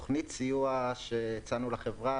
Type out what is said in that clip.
תוכנית הסיוע שהצענו לחברה,